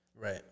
Right